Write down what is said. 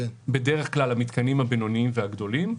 בדרך כלל המתקנים הבינוניים והגדולים,